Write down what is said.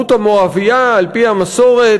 על-פי המסורת,